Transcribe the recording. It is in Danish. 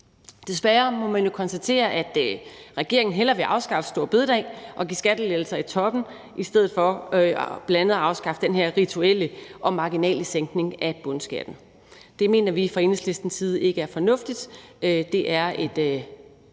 Desværre må man jo konstatere, at regeringen hellere vil afskaffe store bededag og give skattelettelser i toppen end bl.a. at afskaffe den her rituelle og marginale sænkning af bundskatten. Det mener vi fra Enhedslistens side ikke er fornuftigt.